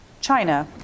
China